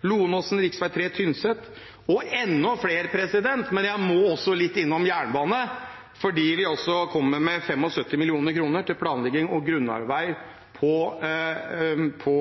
Lonåsen, rv. 3 Tynset – og enda flere! Jeg må også litt innom jernbanen, for vi kommer med 75 mill. kr til planlegging og grunnarbeid på